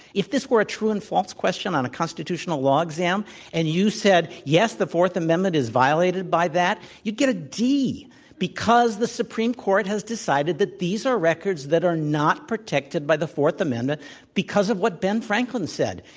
if this were a true and false question on a constitutional law exam and you said, yes, the fourth amendment is violated by that, you'd get a d because the supreme court has decided that these are records that are not protected by the fourth amendment because of what ben franklin said,